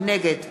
נגד